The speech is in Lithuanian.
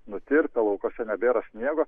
nutirpę laukuose nebėra sniego